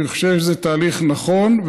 אני חושב שזה תהליך נכון,